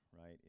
right